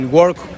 work